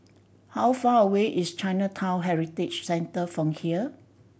how far away is Chinatown Heritage Centre from here